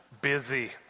busy